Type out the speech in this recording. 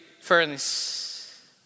furnace